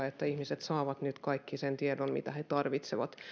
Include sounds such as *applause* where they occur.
*unintelligible* että ihmiset saavat nyt kaiken sen tiedon mitä he tarvitsevat